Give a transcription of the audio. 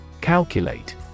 Calculate